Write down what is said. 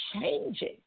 changing